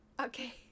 Okay